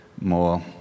more